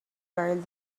garden